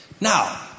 Now